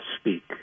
speak